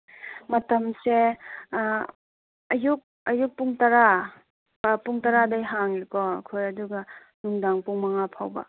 ꯃꯇꯝꯁꯦ ꯑꯌꯨꯛ ꯑꯌꯨꯛ ꯄꯨꯡ ꯇꯔꯥ ꯄꯨꯡ ꯇꯔꯥꯗꯒꯤ ꯍꯥꯡꯉꯦꯀꯣ ꯑꯩꯈꯣꯏ ꯑꯗꯨꯒ ꯅꯨꯡꯗꯥꯡ ꯄꯨꯡ ꯃꯪꯉꯥ ꯐꯥꯎꯕ